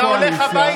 אתה הולך הביתה,